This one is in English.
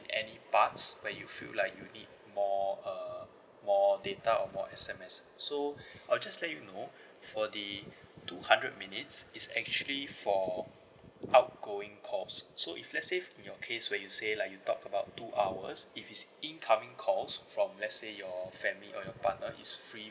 any parts where you feel like you need more err more data or more S_M_S so I'll just let you know for the two hundred minutes it's actually for outgoing calls so if let's say in your case where you say like you talk about two hours if is incoming calls from let's say your family or your partner is free